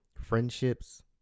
friendships